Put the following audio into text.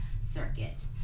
circuit